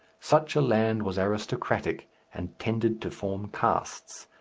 such a land was aristocratic and tended to form castes.